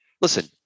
listen